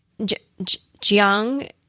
Jiang